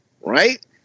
Right